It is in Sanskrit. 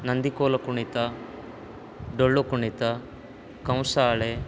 नन्दिकोलुकुणित डोळ्ळुकुणित कम्साळे